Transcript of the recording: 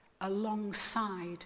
alongside